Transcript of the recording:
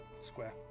square